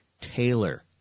Taylor